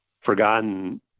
forgotten